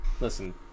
Listen